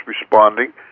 responding